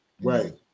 Right